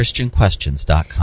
ChristianQuestions.com